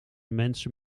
mensen